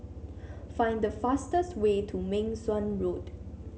find the fastest way to Meng Suan Road